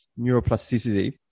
neuroplasticity